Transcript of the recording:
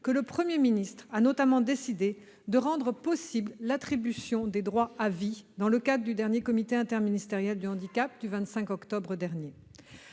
que le Premier ministre a décidé, notamment, de rendre possible l'attribution des droits à vie, dans le cadre du dernier comité interministériel du handicap, le 25 octobre dernier.